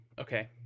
Okay